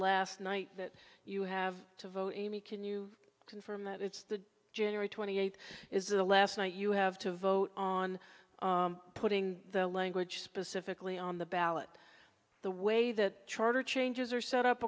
last night that you have to vote can you confirm that it's the january twenty eighth is the last night you have to vote on putting the language specifically on the ballot the way that charter changes are set up